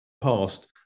past